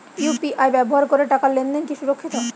UPI ব্যবহার করে টাকা লেনদেন কি সুরক্ষিত?